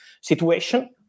situation